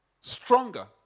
stronger